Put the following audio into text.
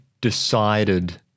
decided